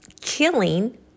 killing